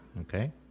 Okay